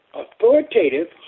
authoritative